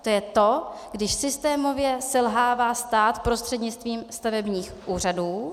To je to, když systémově selhává stát prostřednictvím stavebních úřadů.